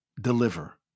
deliver